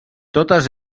totes